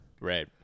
Right